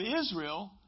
Israel